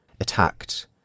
attacked